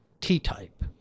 T-Type